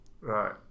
Right